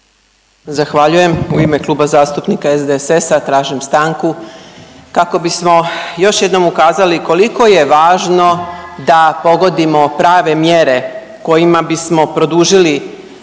Zahvaljujem. U ime Kluba zastupnika SDSS-a tražim stanku kako bismo još jednom ukazali koliko je važno da pogodimo prave mjere kojima bismo produžili,